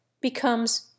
becomes